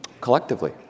Collectively